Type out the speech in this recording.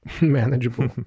manageable